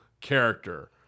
character